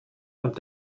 und